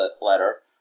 letter